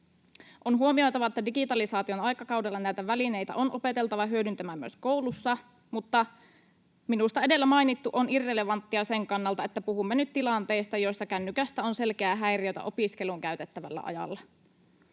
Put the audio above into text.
On huomioitava, että digitalisaation aikakaudella näitä välineitä on opeteltava hyödyntämään myös koulussa, mutta minusta edellä mainittu on irrelevanttia sen kannalta, että puhumme nyt tilanteista, joissa kännykästä on selkeää häiriötä opiskeluun käytettävällä ajalla.